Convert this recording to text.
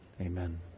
Amen